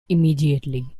immediately